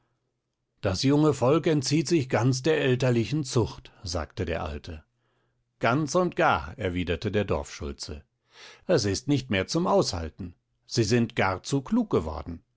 das junge volk entzieht sich ganz der elterlichen zucht sagte der alte ganz und gar erwiderte der dorfschulze es ist nicht mehr zum aushalten sie sind gar zu klug geworden